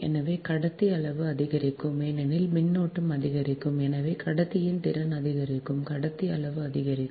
எனவே கடத்தி அளவு அதிகரிக்கும் ஏனெனில் மின்னோட்டம் அதிகரிக்கும் எனவே கடத்தியின் திறன் அதிகரிக்கும் கடத்தி அளவு அதிகரிக்கும்